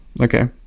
Okay